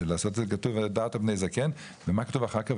כתוב 'והדרת פני זקן' ואחר כך כתוב,